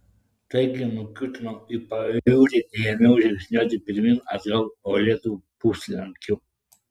taigi nukiūtinau į pajūrį ir ėmiau žingsniuoti pirmyn atgal uolėtu puslankiu